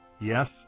Yes